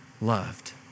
loved